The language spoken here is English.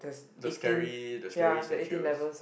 the scary the scary statues